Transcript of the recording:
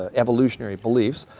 ah evolutionary beliefs.